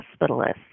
hospitalists